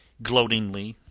gloatingly,